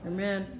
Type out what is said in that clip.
Amen